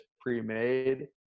pre-made